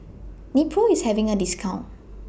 Nepro IS having A discount